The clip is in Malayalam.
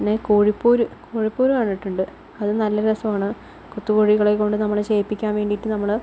പിന്നെ കോഴിപ്പോര് കോഴിപ്പോര് കണ്ടിട്ടുണ്ട് അത് നല്ല രസമാണ് കൊത്തുകോഴികളെ കൊണ്ട് നമ്മൾ ചെയ്യിപ്പിക്കാൻ വേണ്ടിയിട്ട് നമ്മള്